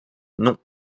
non